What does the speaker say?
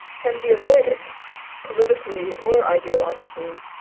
can be avoided politically or ideologically,